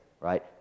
right